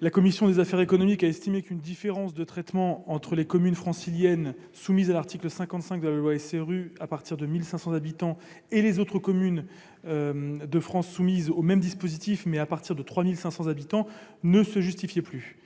La commission des affaires économiques a estimé que la différence de traitement entre les communes franciliennes, soumises à l'article 55 de la loi SRU à partir de 1 500 habitants, et les autres communes de France, assujetties à ce dispositif à partir de 3 500 habitants, ne se justifiait plus.